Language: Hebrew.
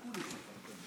צריך כבוד.